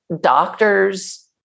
doctors